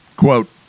Quote